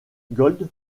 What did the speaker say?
gold